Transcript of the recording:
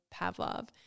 Pavlov